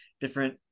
different